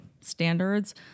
standards